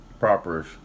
properish